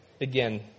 again